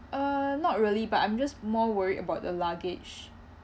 uh not really but I'm just more worried about the luggage